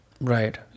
Right